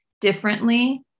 differently